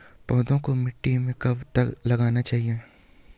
पौधों को मिट्टी में कब लगाना चाहिए?